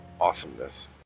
awesomeness